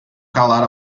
calar